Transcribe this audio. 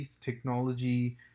technology